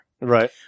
Right